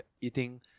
eating